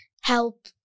help